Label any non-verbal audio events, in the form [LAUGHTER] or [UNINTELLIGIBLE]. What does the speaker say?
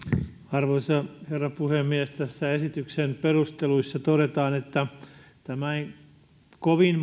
arvoisa herra puhemies tässä esityksen perusteluissa todetaan että tämä ei kovin [UNINTELLIGIBLE]